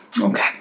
okay